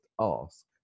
ask